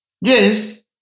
yes